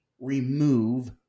remove